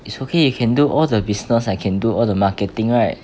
it's okay you can do all the business I can do all the marketing right